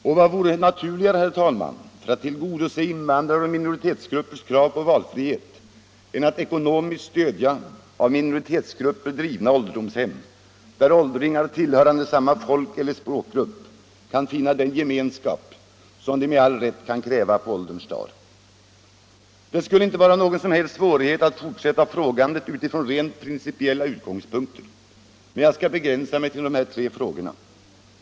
Och vad vore naturligare, herr talman, för att tillgodose invandraroch minoritetsgruppers krav på valfrihet än att ekonomiskt stöda av minoritetsgrupper drivna ålderdomshem, där åldringar tillhörande samma folkeller språkgrupp kan finna den gemenskap som de med all rätt kan kräva på ålderns dagar? Det skulle inte vara någon som helst svårighet att fortsätta frågandet från rent principiella utgångspunkter, men jag skall begränsa mig till dessa tre frågor.